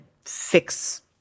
fix